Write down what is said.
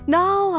now